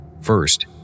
First